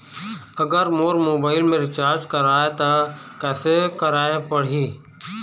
अगर मोर मोबाइल मे रिचार्ज कराए त कैसे कराए पड़ही?